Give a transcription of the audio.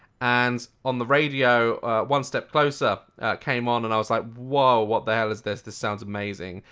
and on the radio one step closer' came on and i was like, woah what the hell is this? this sounds amazing.